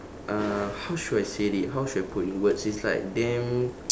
uh how should I said it how should I put in words it's like damn